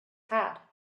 had